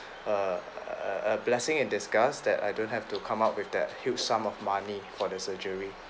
err err blessing in disguise that I don't have to come up with that huge sum of money for the surgery